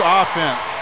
offense